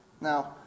Now